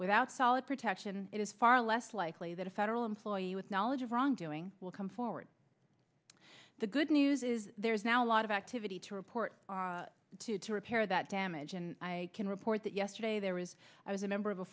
without solid protection it is far less likely that a federal employee with knowledge of wrongdoing will come forward the good news is there's now a lot of activity to report on to to repair that damage and i can report that yesterday there was i was a member of a